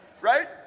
Right